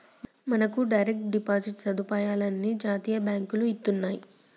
మనకు direct deposit సదుపాయాలు అన్ని జాతీయ బాంకులు ఇత్తన్నాయి